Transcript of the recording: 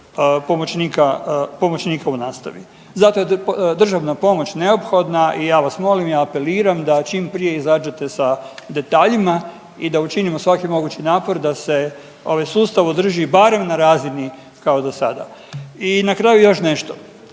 pomoćnika u nastavi. Zato je državna pomoć neophodna i ja vas molim i ja apeliram da čim prije izađete sa detaljima i da učinimo svaki mogući napor da se ovaj sustav održi barem na razini kao do sada. I na kraju još nešto,